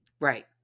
Right